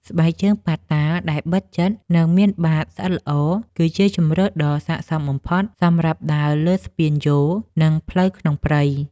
ស្បែកជើងប៉ាតាដែលបិទជិត និងមានបាតស្អិតល្អ គឺជាជម្រើសដ៏ស័ក្តិសមបំផុតសម្រាប់ដើរលើស្ពានយោល និងផ្លូវក្នុងព្រៃ។